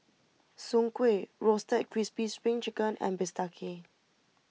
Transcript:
Soon Kuih Roasted Crispy Spring Chicken and Bistake